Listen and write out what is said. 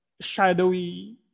shadowy